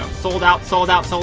sold out, sold out, sold